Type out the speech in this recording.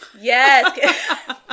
Yes